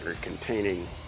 containing